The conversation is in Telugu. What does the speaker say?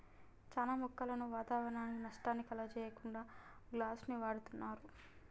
చానా మొక్కలను వాతావరనానికి నష్టాన్ని కలిగించకుండా గ్లాస్ను వాడుతున్నరు